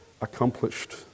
accomplished